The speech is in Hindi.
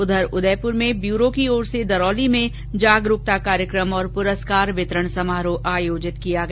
उधर उदयपुर में फील्ड आउचरीच ब्यूरो की ओर से गरौली में जागरूकता कार्यक्रम और पुरस्कार वितरण समारोह आयोजित किया गया